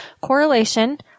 Correlation